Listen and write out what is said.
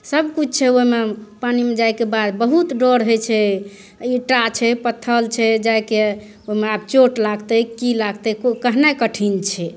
सबकिछु छै ओहिमे पानिमे जाएके बाद बहुत डर होइ छै ईंटा छै पत्थर जाके ओहिमे आब चोट लागतै कि लागतै कोइ कहनाइ कठिन छै